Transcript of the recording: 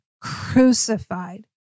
crucified